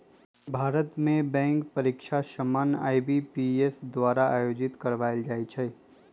भारत में बैंक परीकछा सामान्य आई.बी.पी.एस द्वारा आयोजित करवायल जाइ छइ